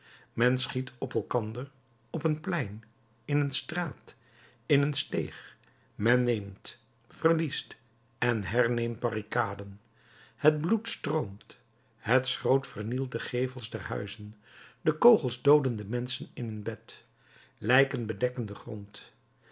men schiet op elkander op een plein in een straat in een steeg men neemt verliest en herneemt barricaden het bloed stroomt het schroot vernielt de gevels der huizen de kogels dooden de menschen in hun bed lijken bedekken den grond